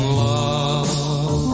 love